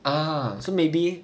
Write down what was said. uh so maybe